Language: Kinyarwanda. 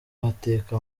bateka